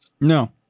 no